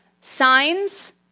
Signs